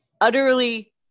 Utterly